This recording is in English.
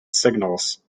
signals